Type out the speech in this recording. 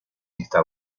está